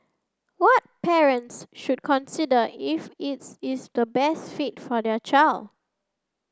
what parents should consider if is is the best fit for their child